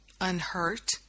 unhurt